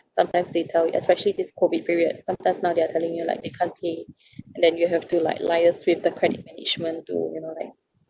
sometimes they tell you especially this COVID period sometimes they're telling you like they can't pay and then you have to like liaise with the credit management to you know like